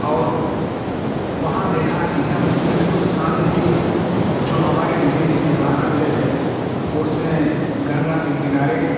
और वहाँ देखा कि एकदम बिल्कुल शांति जो हमारे विदेशी मेहमान आते रहे उसमें गंगा के किनारे